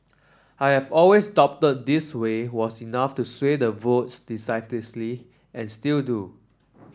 I have always doubted this way was enough to sway the votes and still do